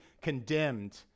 condemned